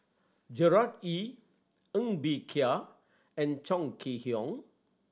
Gerard Ee Ng Bee Kia and Chong Kee Hiong